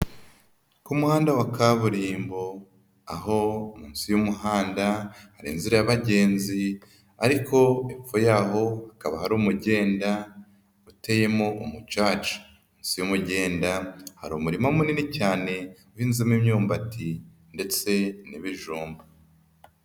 Ku muhanda wa kaburimbo aho munsi y'umuhanda hari inzira y'abagenzi, ariko hepfo yaho hakaba hari umugenda uteyemo umucaca. Munsi y'umugenda hari umurima munini cyane uhinzemo imyumbati ndetse n'ibijumba.